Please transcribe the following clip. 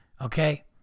okay